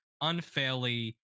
unfairly